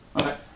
Okay